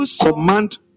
Command